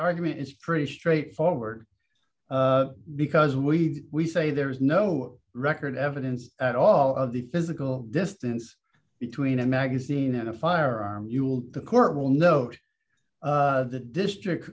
argument is pretty straightforward because we say there is no record evidence at all of the physical distance between a magazine and a firearm you will the court will note the district